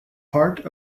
part